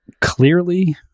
clearly